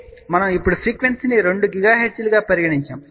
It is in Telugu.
కాబట్టి మనం ఇప్పుడు ఫ్రీక్వెన్సీని 2 GHz గా పరిగణించాము